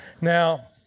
Now